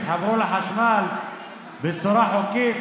יתחברו לחשמל בצורה חוקית,